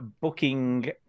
booking